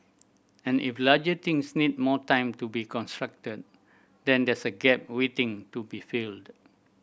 and if larger things need more time to be constructed then there's a gap waiting to be filled